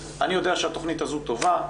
אני יודע שהתכנית הזאת טובה,